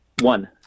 One